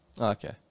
Okay